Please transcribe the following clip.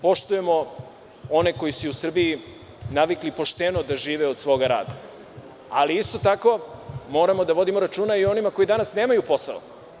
Poštujemo one koji su u Srbiji navikli pošteno da žive od svog rada, ali isto tako moramo da vodimo računa i onima koji danasnemaju posao.